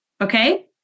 Okay